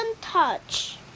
touch